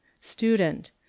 Student